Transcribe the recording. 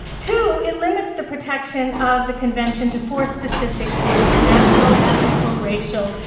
two, it limits the protection of the convention to four specific groups national, ethnical, racial,